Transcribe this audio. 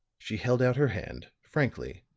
she held out her hand, frankly,